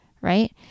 Right